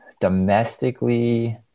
domestically